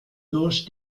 durch